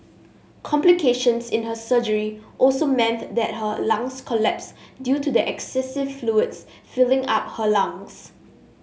complications in her surgery also meant that her lungs collapsed due to excessive fluids filling up her lungs